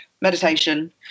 Meditation